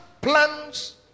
plans